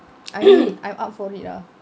I mean I'm up for it lah